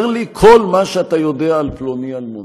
לי כל מה שאתה יודע על פלוני אלמוני,